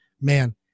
man